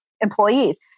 employees